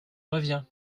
reviens